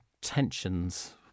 tensions